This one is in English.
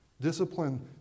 Discipline